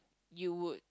you would